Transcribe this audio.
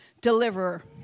deliverer